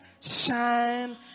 shine